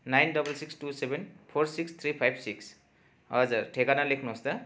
nine double six two seven four six three five six हजुर ठेगाना लेख्नु होस् त